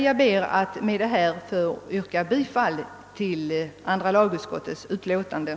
Jag ber att med detta få yrka bifall till andra lagutskottets hemställan.